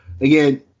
again